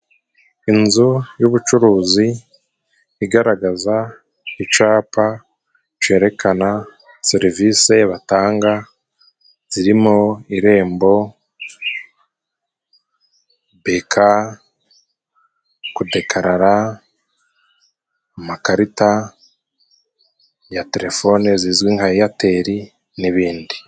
Inzu y'ubucuruzi igaragaza icapa cerekana serivisi batanga zirimo; irembo, beka, kudekarara, amakarita ya telefoni zizwi nka eyateri n'ibindi.